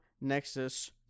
Nexus